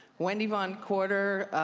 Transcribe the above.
wendy von courter,